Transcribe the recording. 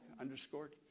underscored